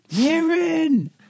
Aaron